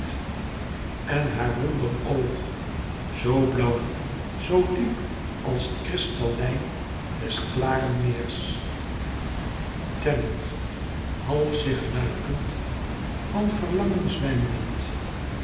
en haar wonder oog zoo blauw zoo diep als t krystallijn des klaren meirs temt half zich luikend van verlangen zwijmlend